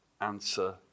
answer